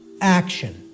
action